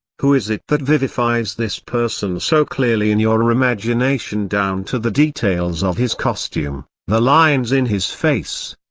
who is it that vivifies this person so clearly in your imagination down to the details of his costume, the lines in his face,